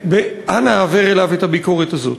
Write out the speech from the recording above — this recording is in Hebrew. ואנא העבר אליו את הביקורת הזאת.